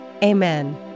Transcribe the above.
Amen